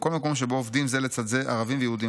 בכל מקום שבו עובדים זה לצד זה ערבים יהודים,